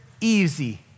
easy